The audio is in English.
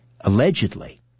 Allegedly